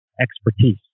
expertise